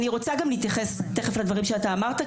אני רוצה גם להתייחס תכף לדברים שאתה אמרת,